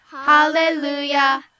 Hallelujah